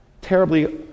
terribly